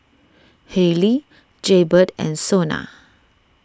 Haylee Jaybird and Sona